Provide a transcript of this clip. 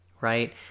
right